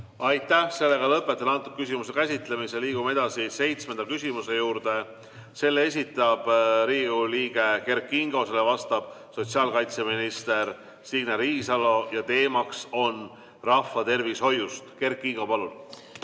Aitäh! Lõpetan selle küsimuse käsitlemise. Liigume edasi seitsmenda küsimuse juurde. Selle esitab Riigikogu liige Kert Kingo, sellele vastab sotsiaalkaitseminister Signe Riisalo ja teema on rahvatervishoid. Kert Kingo, palun!